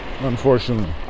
Unfortunately